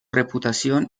reputación